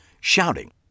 shouting